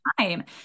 time